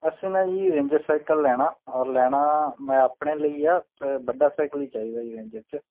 ਅਸੀਂ ਨਾ ਜੀ ਰੇਂਜਰ ਸਾਈਕਲ ਲੈਣਾ ਔਰ ਲੈਣਾ ਮੈਂ ਆਪਣੇ ਲਈ ਆ ਵੱਡਾ ਸਾਈਕਲ ਹੀ ਚਾਹੀਦਾ ਜੀ ਰੇਂਜਰ 'ਚ